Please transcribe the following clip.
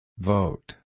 Vote